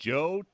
Joe